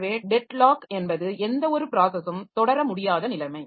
எனவே deadlock என்பது எந்தவொரு ப்ராஸஸும் தொடர முடியாத நிலைமை